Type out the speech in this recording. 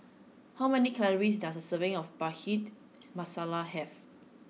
how many calories does a serving of Bhindi Masala have